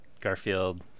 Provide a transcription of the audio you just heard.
Garfield